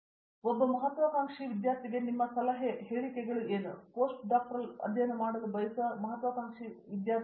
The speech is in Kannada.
ಪ್ರತಾಪ್ ಹರಿಡೋಸ್ ಒಬ್ಬ ಮಹತ್ವಾಕಾಂಕ್ಷೆಯ ವಿದ್ಯಾರ್ಥಿಗೆ ನಿಮ್ಮ ಸಲಹೆ ಹೇಳಿಕೆಗಳು ಯಾರು ನಿರ್ವಹಣೆಯಲ್ಲಿ ಪೋಸ್ಟ್ ಪದವಿ ಅಧ್ಯಯನ ಮಾಡಲು ಬಯಸುತ್ತಾರೆ ಮಹತ್ವಾಕಾಂಕ್ಷೆಯ ಸ್ನಾತಕೋತ್ತರ ವಿದ್ಯಾರ್ಥಿ